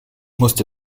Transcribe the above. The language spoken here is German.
musste